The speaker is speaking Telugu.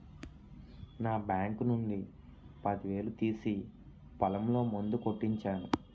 నా బాంకు నుండి పదివేలు తీసి పొలంలో మందు కొట్టించాను